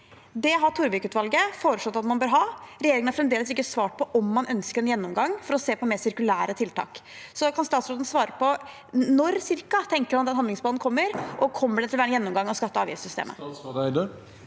Det har Torvik-utvalget foreslått at man bør ha. Regjeringen har fremdeles ikke svart på om man ønsker en gjennomgang for å se på mer sirkulære tiltak. Kan statsråden svare på når cirka han tenker at den handlingsplanen kommer, og kommer det til å være en gjennomgang av skatte- og avgiftssystemet?